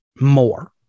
more